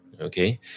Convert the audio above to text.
Okay